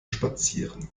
spazieren